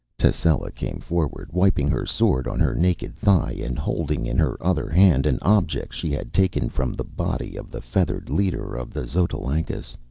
tascela came forward, wiping her sword on her naked thigh, and holding in her other hand an object she had taken from the body of the feathered leader of the xotalancas.